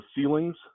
ceilings